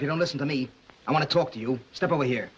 if you don't listen to me i want to talk to you step over here